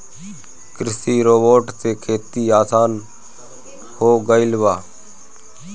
कृषि रोबोट से खेती आसान हो गइल बा